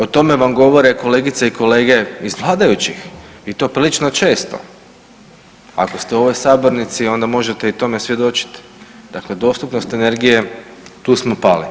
O tome vam govore kolegice i kolege iz vladajućih i to prilično često, ako ste u ovoj sabornici onda možete i tome svjedočiti, dakle dostupnost energije tu smo pali.